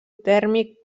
tèrmic